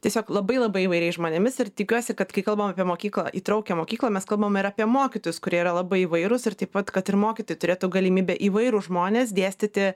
tiesiog labai labai įvairiais žmonėmis ir tikiuosi kad kai kalbam apie mokyklą įtraukią mokyklą mes kalbam ir apie mokytojus kurie yra labai įvairūs ir taip pat kad ir mokytojai turėtų galimybę įvairūs žmonės dėstyti